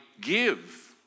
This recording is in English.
give